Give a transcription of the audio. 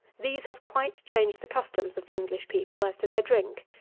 these have quite changed the customs of the english people as to their drink.